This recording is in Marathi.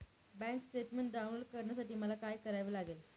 बँक स्टेटमेन्ट डाउनलोड करण्यासाठी मला काय करावे लागेल?